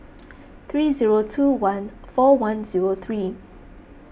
three zero two one four one zero three